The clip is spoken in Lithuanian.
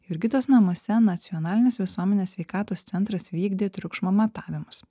jurgitos namuose nacionalinis visuomenės sveikatos centras vykdė triukšmo matavimus